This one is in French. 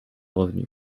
revenu